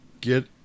get